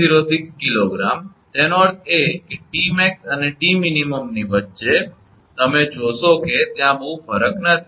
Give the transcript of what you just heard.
706 𝐾𝑔 એનો અર્થ એ કે 𝑇𝑚𝑎𝑥 અને 𝑇𝑚𝑖𝑛 ની વચ્ચે તમે જોશો કે ત્યાં ખૂબ ફરક નથી